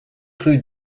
rue